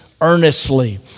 earnestly